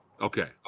okay